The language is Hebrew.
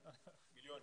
מיליונים.